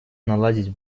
наладить